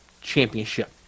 Championship